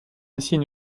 acier